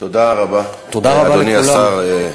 תודה רבה לאדוני השר.